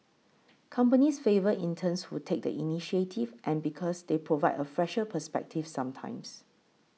companies favour interns who take the initiative and because they provide a fresher perspective sometimes